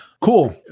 Cool